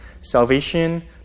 salvation